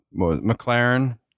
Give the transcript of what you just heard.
McLaren